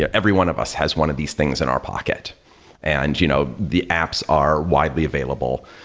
yeah everyone of us has one of these things in our pocket and you know the apps are widely available.